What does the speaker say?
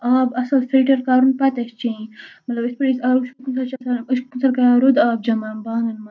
آب اَصٕل فِلٹَر کَرُن پَتہٕ اَسہِ چیٚنٛج مطلب یِتھ پٲٹھۍ أسۍ کُنہِ ساتہٕ چھِ آسان أسۍ چھِ کُنہِ ساتہٕ کران رُوٗدٕ آب جَمع بانن منٛز